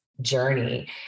journey